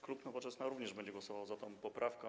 Klub Nowoczesna również będzie głosował za tą poprawką.